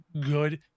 good